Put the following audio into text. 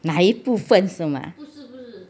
哪一部分是吗